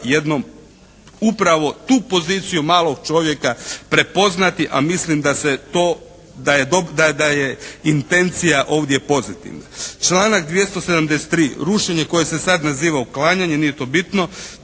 jednom upravo tu poziciju malog čovjeka prepoznati, ali mislim da se to, da je intencija ovdje pozitivna. Članak 273. rušenje koje se sad naziva uklanjanje, nije to bitno,